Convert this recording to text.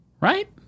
Right